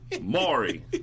Maury